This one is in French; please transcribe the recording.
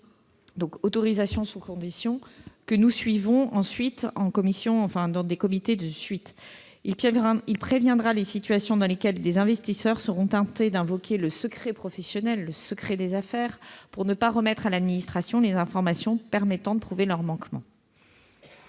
les autorisations sous conditions étant ensuite étudiées au sein des comités de suivi. Il permettra de prévenir les situations dans lesquelles des investisseurs seront tentés d'invoquer le secret professionnel, le secret des affaires, pour ne pas remettre à l'administration les informations permettant de prouver leurs manquements.